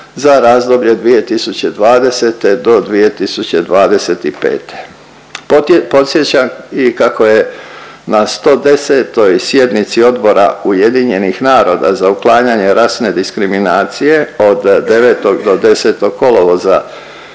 za razdoblje 2020.-2025. Podsjećam i kako je na 110. sjednici odbora UN-a za uklanjanje rasne diskriminacije od 9. do 10. kolovoza